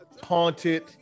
Haunted